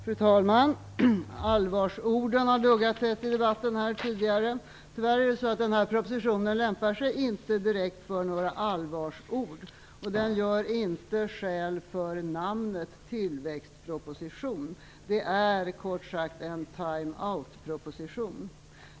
Fru talman! Allvarsorden har duggat tätt tidigare här i debatten. Tyvärr lämpar sig den här propositionen inte riktigt för några allvarsord. Den gör inte heller skäl för namnet tillväxtproposition. Det är, kort sagt, en time out-proposition.